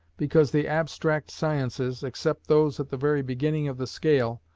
because the abstract sciences, except those at the very beginning of the scale,